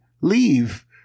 leave